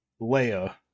Leia